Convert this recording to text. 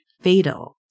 fatal